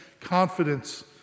confidence